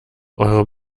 eure